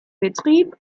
betrieb